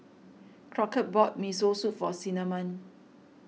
Crockett bought Miso Soup for Cinnamon